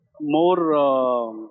more